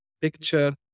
picture